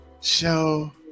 show